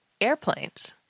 airplanes